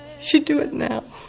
should do it now.